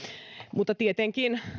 mutta tietenkin